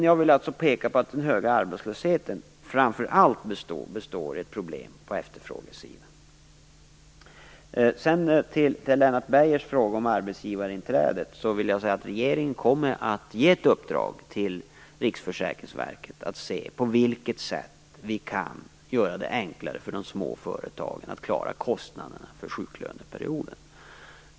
Jag vill alltså peka på att den höga arbetslösheten framför allt beror på ett problem med efterfrågan. Som svar på Lennart Beijers fråga om arbetsgivarinträdet kan jag säga att regeringen kommer att ge i uppdrag till Riksförsäkringsverket att se på vilket sätt vi kan göra det enklare för de små företagen att klara kostnaderna för sjuklöneperioden.